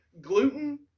gluten